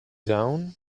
down